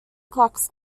klux